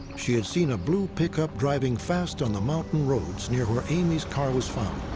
she had seen a blue pickup driving fast on the mountain roads near where amy's car was found.